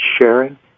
sharing